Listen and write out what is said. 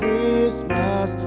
Christmas